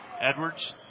Edwards